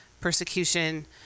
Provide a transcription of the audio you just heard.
persecution